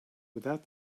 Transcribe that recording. without